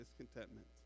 discontentment